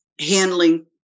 handling